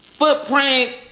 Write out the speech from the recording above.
Footprint